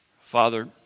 father